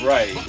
Right